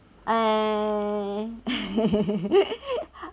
eh